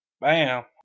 Bam